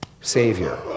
Savior